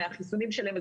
מאז החיסונים שלהם,